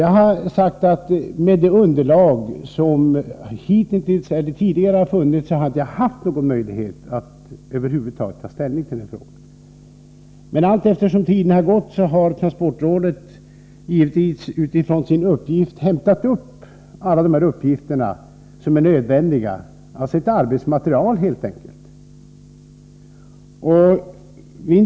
Jag har förklarat att jag med det underlag som tidigare funnits inte har haft någon möjlighet att över huvud taget ta ställning till denna fråga. Men allteftersom tiden gått har transportrådet i enlighet med sitt uppdrag inhämtat alla nödvändiga uppgifter, sitt arbetsmaterial helt enkelt.